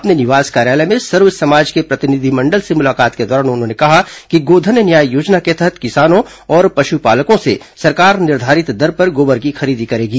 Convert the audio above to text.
अपने निवास कार्यालय में सर्व समाज के प्रतिनिधिमंडल से मुलाकात के दौरान उन्होंने कहा कि गोधन न्याय योजना के तहत किसानों और पशुपालकों से सरकार निर्धारित दर पर गोबर की खरीदी करेगी